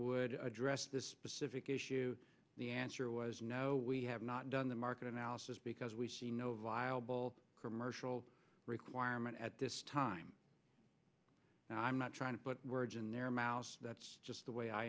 would address this specific issue the answer was no we have not done the market analysis because we see no viable commercial requirement at this time and i'm not trying to put words in their mouse that's just the way i